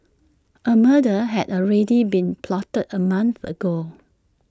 A murder had already been plotted A month ago